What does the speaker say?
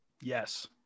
Yes